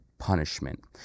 Punishment